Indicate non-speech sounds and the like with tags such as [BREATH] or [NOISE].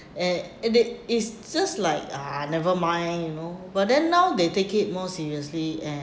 [BREATH] uh and it is just like[ah] never mind you know but then now they take it more seriously and